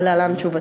ולהלן תשובתו: